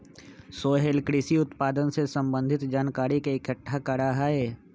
सोहेल कृषि उत्पादन से संबंधित जानकारी के इकट्ठा करा हई